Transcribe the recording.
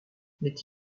n’est